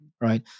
right